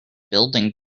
building